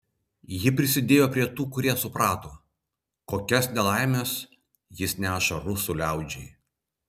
ji prisidėjo prie tų kurie suprato kokias nelaimes jis neša rusų liaudžiai